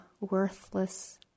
worthless